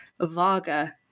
vaga